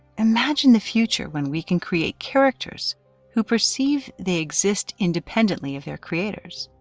imagine the future, when we can create characters who perceive they exist independently of their creators